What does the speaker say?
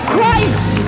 Christ